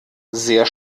sehr